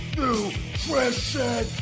nutrition